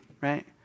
right